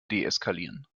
deeskalieren